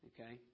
okay